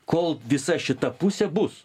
kol visa šita pusė bus